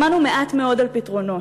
שמענו מעט מאוד על פתרונות,